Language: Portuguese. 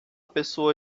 pessoa